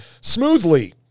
smoothly